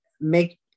make